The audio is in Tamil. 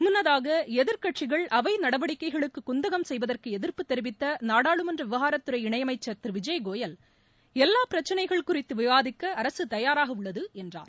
முன்னதாக எதிர்கட்சிகள் அவை நடவடிக்கைகளுக்கு குந்தகம் செய்வதற்கு எதிர்ப்பு தெரிவித்த நாடாளுமன்ற விவகாரத்துறை இணை அமைச்சர் திரு விஜய் கோயல் எல்லா பிரச்சினைகள் குறித்தும் விவாதிக்க அரசு தயாராக உள்ளது என்றார்